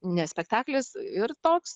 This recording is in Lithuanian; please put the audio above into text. ne spektaklis ir toks